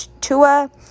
TUA